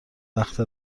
وقت